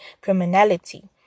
criminality